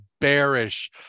bearish